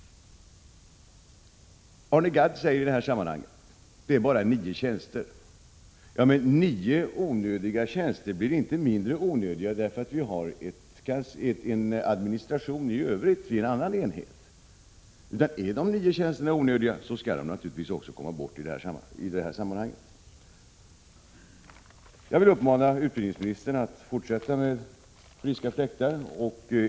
Arne Gadd säger att det bara gäller nio tjänster. Men nio onödiga tjänster blir inte mindre onödiga därför att vi har en administration i övrigt vid en annan enhet, utan är de nio tjänsterna onödiga skall de naturligtvis bort. Jag vill uppmana utbildningsministern att fortsätta med friska fläktar.